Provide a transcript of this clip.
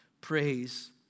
praise